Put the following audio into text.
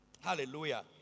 Hallelujah